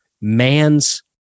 man's